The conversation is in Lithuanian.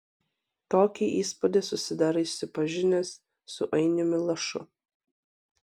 tokį įspūdį susidarai susipažinęs su ainiumi lašu